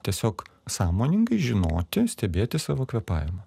tiesiog sąmoningai žinoti stebėti savo kvėpavimą